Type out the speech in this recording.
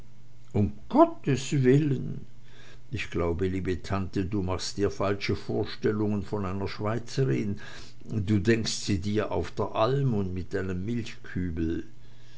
um gottes willen ich glaube liebe tante du machst dir falsche vorstellungen von einer schweizerin du denkst sie dir auf einer alm und mit einem milchkübel